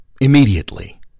Immediately